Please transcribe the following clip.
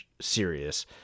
serious